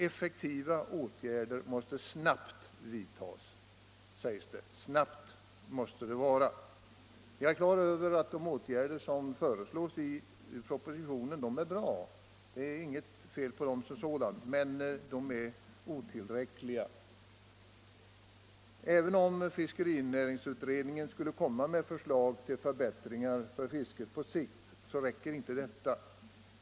Effektiva åtgärder måste snabbt vidtas, sägs det. Snabbt måste det göras. Jag är glad över de åtgärder som föreslås i propositionen. De är bra. Det är inget fel på dem i och för sig, men de är otillräckliga. Även om fiskerinäringsutredningen skulle komma med förslag till förbättringar för fisket på sikt så räcker inte detta.